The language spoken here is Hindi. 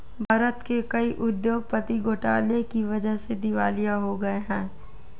भारत के कई उद्योगपति घोटाले की वजह से दिवालिया हो गए हैं